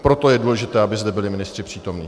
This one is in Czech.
Proto je důležité, aby zde byli ministři přítomni.